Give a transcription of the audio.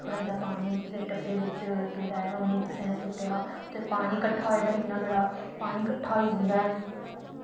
थोह्ड़ा जेहा पानी कुसै डब्बै बिच पेदा ऐ ते ओह् नेईं कुसै ने सुट्टे दा ऐ ते पानी किट्ठा होए दा इन्ना बड़ा पानी किट्ठा होई जंदा ऐ